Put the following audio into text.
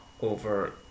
over